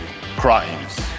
crimes